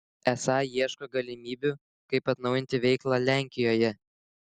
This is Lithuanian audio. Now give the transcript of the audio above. esą ieško galimybių kaip atnaujinti veiklą lenkijoje